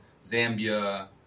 zambia